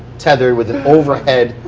tethered with an overhead,